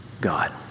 God